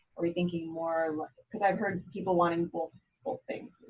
are we thinking more like, cause i've heard people wanting both both things.